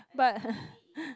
but